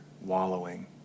wallowing